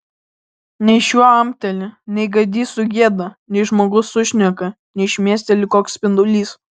nei šuo amteli nei gaidys sugieda nei žmogus sušneka nei šmėsteli koks spindulys